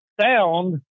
sound